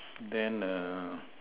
then err